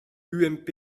ump